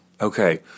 Okay